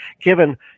given